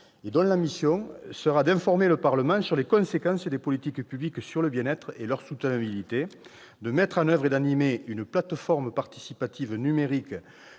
ce conseil serait d'informer le Parlement sur les conséquences des politiques publiques sur le bien-être et sur leur soutenabilité, de mettre en oeuvre et d'animer une plateforme participative numérique